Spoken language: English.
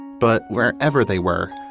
but wherever they were,